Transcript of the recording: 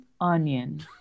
onion